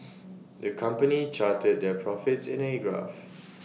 the company charted their profits in A graph